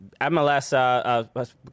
MLS